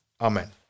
Amen